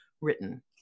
written